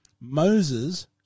Moses